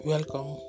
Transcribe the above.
Welcome